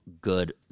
good